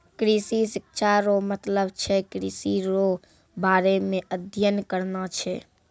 कृषि शिक्षा रो मतलब छै कृषि रो बारे मे अध्ययन करना छै